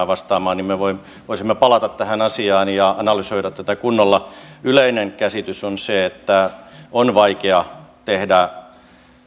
vastaamaan niin voisimme palata tähän asiaan ja analysoida tätä kunnolla yleinen käsitys on se että on vaikea tehdä